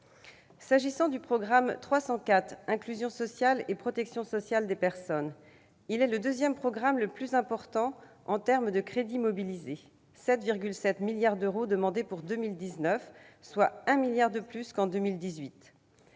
vigilance. Le programme 304, « Inclusion sociale et protection des personnes », est le deuxième programme le plus important en termes de crédits mobilisés, avec 7,7 milliards d'euros demandés pour 2019, soit 1 milliard d'euros de plus qu'en 2018.